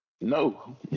No